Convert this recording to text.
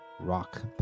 rock